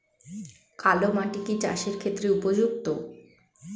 কালো মাটি কি চাষের ক্ষেত্রে উপযুক্ত?